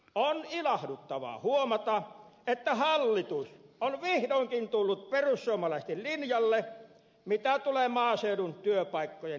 on ilahduttavaa huomata että hallitus on vihdoinkin tullut perussuomalaisten linjalle mitä tulee maaseudun työpaikkojen lisäämisen suhteen